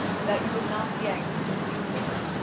and that you would not be angry with me for it.